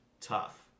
tough